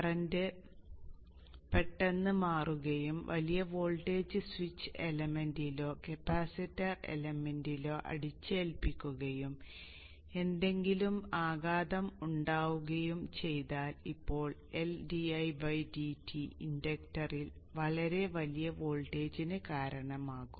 current പെട്ടെന്ന് മാറുകയും വലിയ വോൾട്ടേജ് സ്വിച്ച് എലമെന്റ്ലോ കപ്പാസിറ്റർ എലമെന്റ്ലോ അടിച്ചേൽപ്പിക്കുകയും എന്തെങ്കിലും ആഘാതം ഉണ്ടാവുകയും ചെയ്താൽ ഇപ്പോൾ L ഇൻഡക്ടറിൽ വളരെ വലിയ വോൾട്ടേജിന് കാരണമാകും